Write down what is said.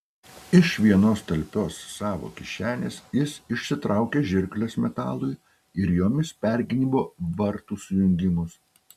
iš vienos talpios savo kišenės jis išsitraukė žirkles metalui ir jomis pergnybo vartų sujungimus